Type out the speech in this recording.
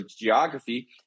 geography